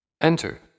Enter